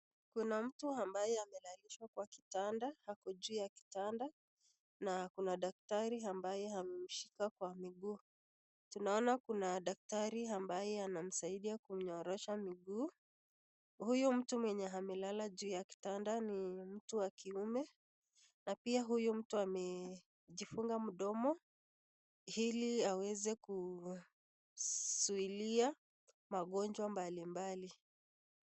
Kuna mtu ambaye amelalishwa Kwa kitanda, ako juu ya kitanda, na Kuna daktari ambaye amemshika Kwa mguu. tunaona Kuna daktari ambaye anamsaidia kumnyorosha miguu huyo mtu mwenye amelala juu ya kitanda ni mtu wa kiume, na pia huyu mtu amejifunga kwenye mdomo ili aweze kuzuilia magonjwa mbali mbali.